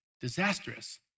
disastrous